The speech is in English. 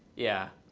yeah,